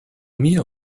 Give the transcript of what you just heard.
mia